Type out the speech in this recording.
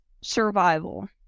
survival